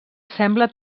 sembla